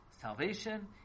salvation